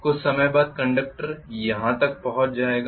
कुछ समय बाद कंडक्टर यहाँ तक पहुँच जाएगा